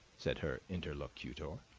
said her interlocutor.